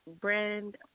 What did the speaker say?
brand